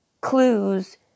clues